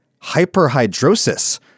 hyperhidrosis